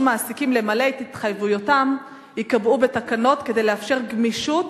מעסיקים למלא את התחייבויותיהם ייקבעו בתקנות כדי לאפשר גמישות